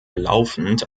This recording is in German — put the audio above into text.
laufend